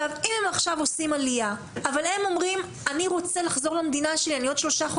הם עכשיו עושים עלייה אבל הם אומרים שהם רוצים לחזור למדינה שלהם והם